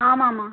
ஆமாமா